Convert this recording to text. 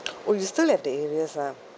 oh you still have the areas ah